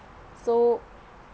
so